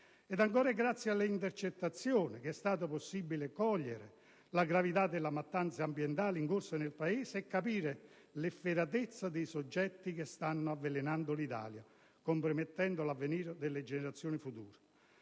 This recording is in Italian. Ed è ancora grazie alle intercettazioni che è stato possibile cogliere la gravità della mattanza ambientale in corso nel Paese e capire l'efferatezza dei soggetti che stanno avvelenando l'Italia, compromettendo l'avvenire delle generazioni future.